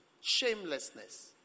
shamelessness